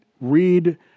read